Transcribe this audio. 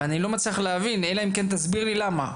ואני לא מצליח להבין אלא אם כן תסביר לי למה,